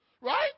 Right